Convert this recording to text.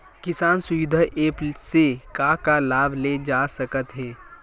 किसान सुविधा एप्प से का का लाभ ले जा सकत हे?